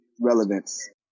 relevance